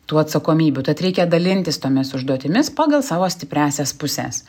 tų atsakomybių tad reikia dalintis tomis užduotimis pagal savo stipriąsias puses